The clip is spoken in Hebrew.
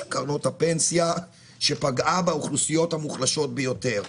קרנות הפנסיה שפגעה באוכלוסיות המוחלשות ביותר.